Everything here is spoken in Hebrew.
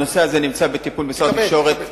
הנושא הזה בטיפול משרד התקשורת.